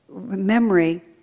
memory